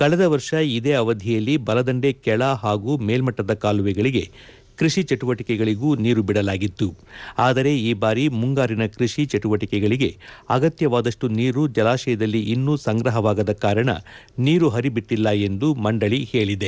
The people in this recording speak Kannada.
ಕಳೆದ ವರ್ಷ ಇದೇ ಅವಧಿಯಲ್ಲಿ ಬಲದಂಡೆ ಕೆಳ ಹಾಗೂ ಮೇಲ್ಮಟ್ಟದ ಕಾಲುವೆಗಳಿಗೆ ಕೃಷಿ ಚಟುವಟಿಕೆಗಳಿಗೂ ನೀರು ಬಿಡಲಾಗಿತ್ತು ಆದರೆ ಈ ಬಾರಿ ಮುಂಗಾರಿನ ಕೃಷಿ ಚಟುವಟಿಕೆಗಳಿಗೆ ಅಗತ್ಯವಾದಷ್ಟು ನೀರು ಜಲಾಶಯದಲ್ಲಿ ಇನ್ನೂ ಸಂಗ್ರಹವಾಗದ ಕಾರಣ ನೀರು ಹರಿಬಿಟ್ಟಿಲ್ಲ ಎಂದು ಮಂಡಳಿ ಹೇಳಿದೆ